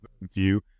view